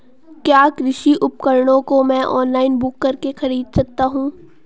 क्या कृषि उपकरणों को मैं ऑनलाइन बुक करके खरीद सकता हूँ?